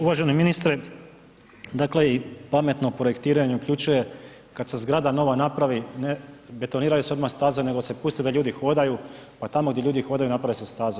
Uvaženi ministre dakle i pametno projektiranje uključuje kad se zgrada nova napravi ne betoniraju se odmah staze nego se pusti da ljudi hodaju pa tamo gdje ljudi hodaju naprave se staze.